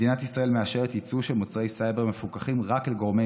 מדינת ישראל מאשרת יצוא של מוצרי סייבר מפוקחים רק לגורמי